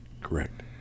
Correct